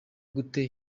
gute